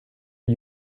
are